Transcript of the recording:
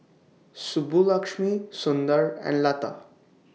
Subbulakshmi Sundar and Lata